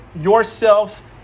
yourselves